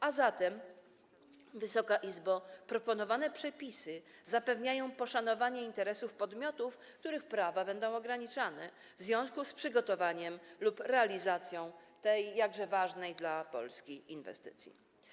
A zatem, Wysoka Izbo, proponowane przepisy zapewniają poszanowanie interesów podmiotów, których prawa będą ograniczane w związku z przygotowaniem lub realizacją tej jakże ważnej dla Polski inwestycji.